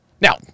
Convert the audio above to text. Now